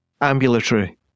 Ambulatory